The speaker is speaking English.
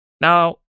Now